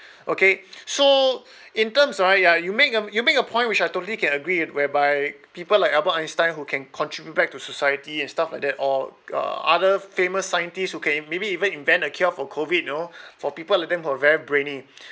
okay so in terms right ah you make a you make a point which I totally can agree it whereby people like albert einstein who can contribute back to society and stuff like that or uh other famous scientist who can maybe even invent a cure for COVID you know for people like them who are very brainy